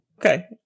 Okay